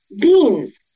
beans